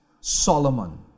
Solomon